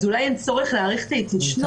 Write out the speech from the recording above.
אז אולי אין צורך להאריך את ההתיישנות,